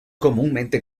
comúnmente